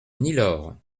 nilor